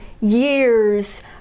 years